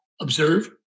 observe